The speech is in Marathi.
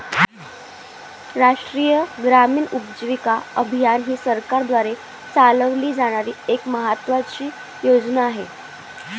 राष्ट्रीय ग्रामीण उपजीविका अभियान ही सरकारद्वारे चालवली जाणारी एक महत्त्वाची योजना आहे